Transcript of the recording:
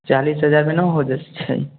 चालिस हजारमे नहि हो जेतै